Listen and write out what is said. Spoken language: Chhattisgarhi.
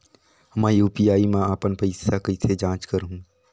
मैं यू.पी.आई मा अपन पइसा कइसे जांच करहु?